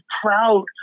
proud